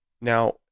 Now